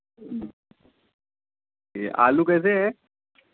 यह आलू कैसे हैं